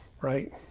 right